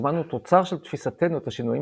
הזמן הוא תוצר של תפיסתנו את השינויים